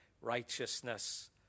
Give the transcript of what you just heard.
righteousness